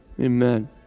Amen